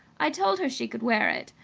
i told her she could wear it.